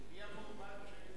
מי המועמד?